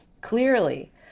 clearly